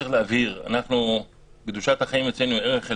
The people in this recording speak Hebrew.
צריך להבהיר שקדושת החיים אצלנו היא ערך עליון,